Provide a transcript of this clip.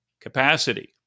capacity